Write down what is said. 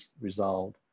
resolved